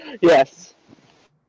Yes